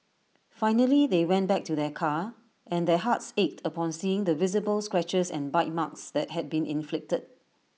finally they went back to their car and their hearts ached upon seeing the visible scratches and bite marks that had been inflicted